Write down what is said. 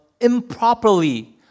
improperly